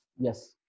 yes